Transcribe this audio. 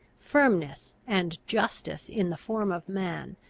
firmness, and justice in the form of man,